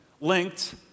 linked